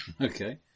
Okay